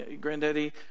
granddaddy